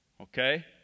Okay